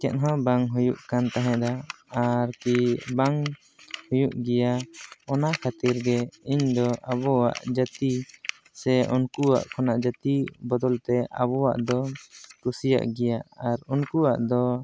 ᱪᱮᱫ ᱦᱚᱸ ᱵᱟᱝ ᱦᱩᱭᱩᱜ ᱠᱟᱱ ᱛᱟᱦᱮᱸᱫᱼᱟ ᱟᱨᱠᱤ ᱵᱟᱝ ᱦᱩᱭᱩᱜ ᱜᱮᱭᱟ ᱚᱱᱟ ᱠᱷᱟᱹᱛᱤᱨ ᱜᱮ ᱤᱧ ᱫᱚ ᱟᱵᱚᱣᱟᱜ ᱡᱟᱹᱛᱤ ᱥᱮ ᱩᱱᱠᱩᱣᱟᱜ ᱠᱷᱚᱱᱟᱜ ᱡᱟᱹᱛᱤ ᱵᱚᱫᱚᱞᱛᱮ ᱟᱵᱚᱣᱟᱜ ᱫᱚ ᱠᱩᱥᱤᱭᱟᱜ ᱜᱮᱭᱟ ᱟᱨ ᱩᱱᱠᱩᱣᱟᱜ ᱫᱚ